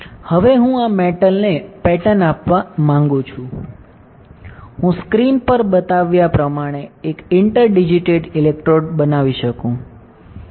હવે હું આ મેટલને પેટર્ન આપવા માંગું છું હું સ્ક્રીન પર બતાવ્યા પ્રમાણે એક ઇન્ટરડિજીટેટેડ ઇલેક્ટ્રોડ બનાવી શકું